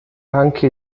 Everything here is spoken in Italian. anche